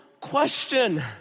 question